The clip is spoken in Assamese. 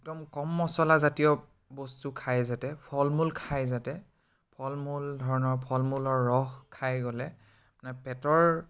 একদম কম মছলাজাতীয় বস্তু খায় যাতে ফল মূল খায় যাতে ফল মূল ধৰণৰ ফল মূলৰ ৰস খাই গ'লে আপোনাৰ পেটৰ